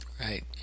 Right